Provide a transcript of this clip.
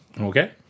Okay